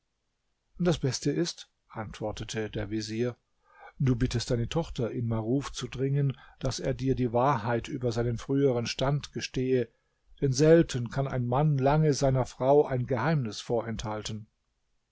das beste ist antwortete der vezier du bittest deine tochter in maruf zu dringen daß er dir die wahrheit über seinen früheren stand gestehe denn selten kann ein mann lange seiner frau ein geheimnis vorenthalten